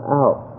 out